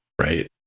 right